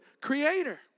creator